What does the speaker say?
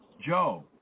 Joe